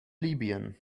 libyen